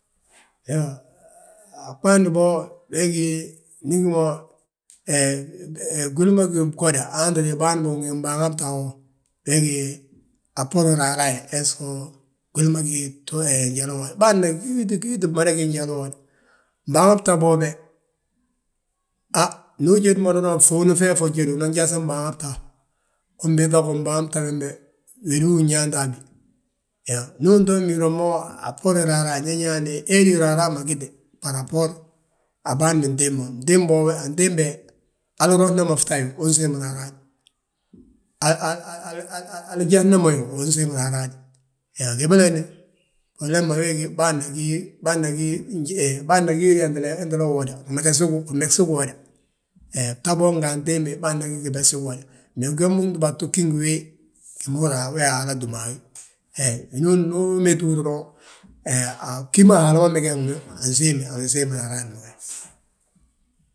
Iyoo, a ɓaandi bo, bégi ndi ugí mo, he gwili a gí gwoda bâan bogi ngi mbaaŋa bta wo, we gí a bboorin raaraaye, hes go gwili ma gí bâana gí wii tti mada gi njalu uwoda. Mbaaŋa bta boobe, haa ndu ujód mo, fŧuun feefi unjódi uan yósi mbaaŋa bta. Umbiiŧa gimbaaŋa bta bembe, wédu wi nyaantabi, yaa ndu uto miira mo a bboorin raaraaye, ñe nyaandi, hedi raaraa ma gíte a bâan bintimbi, antimbi he. Hali rosna mo bta yo, unsiimi raaraaye, hali jasno mo yo, unsiim raaraaye. Yaa gébele we de, bborobilem ma de we gí bâana gí, gimegsi giwoda he, jyoo gembe gdúba tu gí ngi wiyi. Gima húra ge Haala túm a wi, he winooni ndu umétiwi doroŋ, he bgí ma Haala ma megesi wi, ansiimi, ansiimi raaraayi ma.